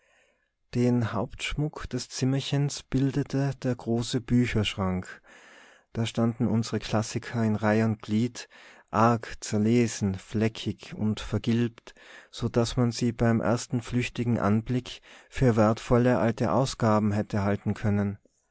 den hauptschmuck des zimmerchens bildete der große bücherschrank da standen unsere klassiker in reih und glied arg zerlesen fleckig und vergilbt so daß man sie beim ersten flüchtigen anblick für wertvolle alte ausgaben hätte halten können